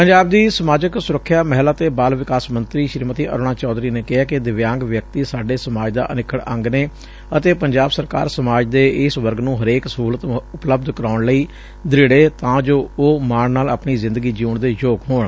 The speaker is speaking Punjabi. ਪੰਜਾਬ ਦੀ ਸਮਾਜਿਕ ਸੁਰੱਖਿਆ ਮਹਿਲਾ ਤੇ ਬਾਲ ਵਿਕਾਸ ਮੰਤਰੀ ਸ੍ਰੀਮਤੀ ਅਰੁਣਾ ਚੌਧਰੀ ਨੇ ਕਿਹੈ ਕਿ ਦਿਵਿਆਂਗ ਵਿਅਕਤੀ ਸਾਡੇ ਸਮਾਜ ਦਾ ਅਨਿੱਖੜ ਅੰਗ ਨੇ ਅਤੇ ਪੰਜਾਬ ਸਰਕਾਰ ਸਮਾਜ ਦੇ ਇਸ ਵਰਗ ਨੂੰ ਹਰੇਕ ਸਹੁਲਤ ਉਪਲਬਧ ਕਰਵਾਉਣ ਲਈ ਦ੍ਰਿਤੂ ਏ ਤਾਂ ਜੋ ਉਹ ਮਾਣ ਨਾਲ ਆਪਣੀ ਿ ਜ਼ੰ ਦਗੀ ਜਿਉਣ ਦੇ ਯੋਗ ਹੋਣ